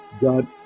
God